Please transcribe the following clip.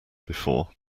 before